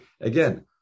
again